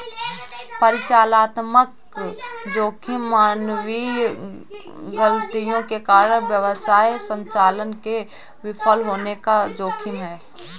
परिचालनात्मक जोखिम मानवीय गलतियों के कारण व्यवसाय संचालन के विफल होने का जोखिम है